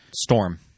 Storm